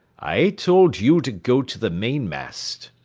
i told you to go to the mainmast.